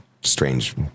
strange